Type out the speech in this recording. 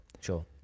Sure